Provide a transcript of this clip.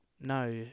no